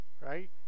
right